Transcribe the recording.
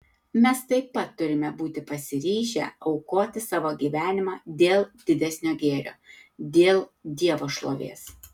mes taip pat turime būti pasiryžę aukoti savo gyvenimą dėl didesnio gėrio dėl dievo šlovės